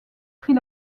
prit